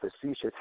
facetious